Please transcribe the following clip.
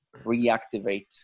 reactivate